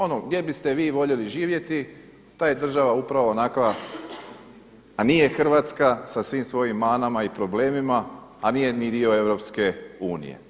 Ono, gdje biste vi voljeli živjeti ta je država upravo onakva, a nije Hrvatska sa svim svojim manama i problemima, a nije ni dio Europske unije.